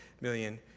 million